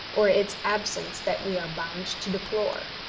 or its absence that we are bound to deplore.